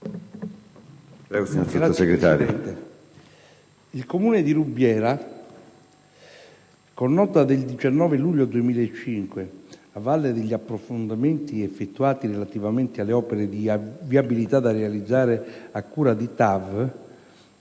il Comune di Rubiera, con nota del 19 luglio del 2005, a valle degli approfondimenti effettuati relativamente alle opere di viabilità da realizzare a cura di TAV